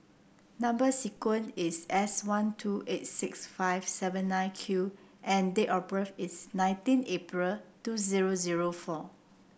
number sequence is S one two eight six five seven nine Q and date of birth is nineteen April two zero zero four